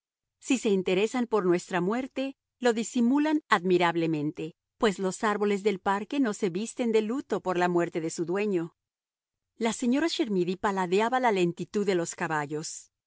si se interesan por nuestra muerte lo disimulan admirablemente pues los árboles del parque no se visten de luto por la muerte de su dueño la señora chermidy paladeaba la lentitud de los caballos